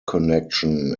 connection